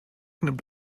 nimmt